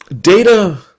Data